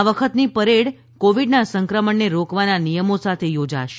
આ વખતની પરેડ કોવિડના સંક્રમણને રોકવાના નિયમો સાથે યોજાશે